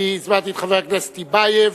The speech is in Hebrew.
אני הזמנתי את חבר הכנסת טיבייב,